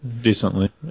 Decently